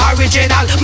Original